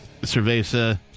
Cerveza